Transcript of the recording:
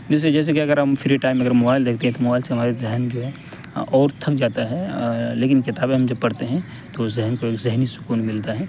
جیسے جیسے کہ اگر ہم فری ٹائم اگر موبائل دیکھتے ہیں تو موبائل سے ہماری ذہن جو ہے اور تھک جاتا ہے لیکن کتابیں جب ہم پڑھتے ہیں تو ذہن کو ایک ذہنی سکون ملتا ہے